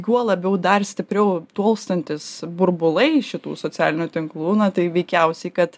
kuo labiau dar stipriau tolstantis burbulai šitų socialinių tinklų na tai veikiausiai kad